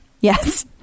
Yes